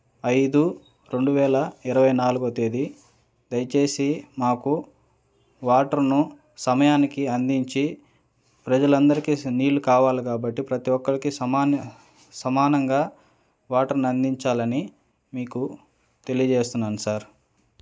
ఐదు రెండు వేల ఇరవై నాలుగో తేదీ దయచేసి మాకు వాటర్ను సమయానికి అందించి ప్రజలందరికీ నీళ్ళు కావాలి కాబట్టి ప్రతీ ఒక్కరికి సమాన్ సమానంగా వాటర్ని అందించాలని మీకు తెలియజేస్తున్నాను సార్